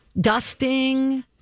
dusting